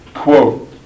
Quote